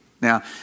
now